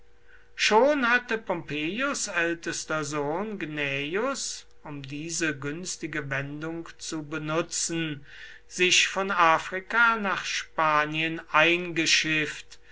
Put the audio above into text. schon hatte pompeius ältester sohn gnaeus um diese günstige wendung zu benutzen sich von afrika nach spanien eingeschifft